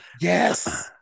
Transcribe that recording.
Yes